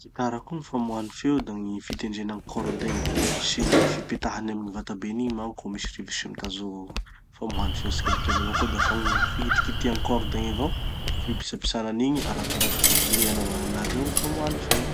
Gny gitara koa gny famoahany feo da gny fitendrena gny cordes igny sy gny fipetahany amy gny vatabeny igny manko ho misy rivotry mitazo famoahany feo tsikelikely avao koa dafa gny fikitikitiha gny cordes igny avao, fipitsapitsana an'igny arakaraky ze clés anaovan'anazy ao gny famoahany feo.